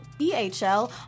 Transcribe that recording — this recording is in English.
BHL